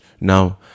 now